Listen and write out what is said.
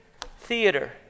theater